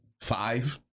five